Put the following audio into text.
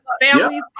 Families